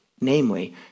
namely